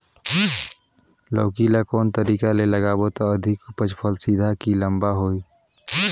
लौकी ल कौन तरीका ले लगाबो त अधिक उपज फल सीधा की लम्बा होही?